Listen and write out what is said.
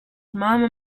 mama